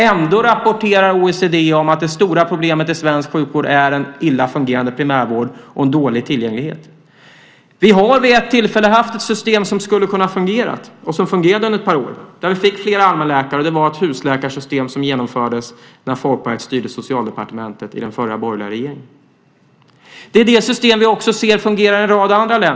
Ändå rapporterar OECD om att det stora problemet i svensk sjukvård är en illa fungerande primärvård och en dålig tillgänglighet. Vi har vid ett tillfälle haft ett system som skulle ha kunnat fungera och som fungerade under ett par år där vi fick fler allmänläkare. Det var ett husläkarsystem som genomfördes när Folkpartiet styrde Socialdepartementet i den förra borgerliga regeringen. Det är det system vi också ser fungerar i en rad andra länder.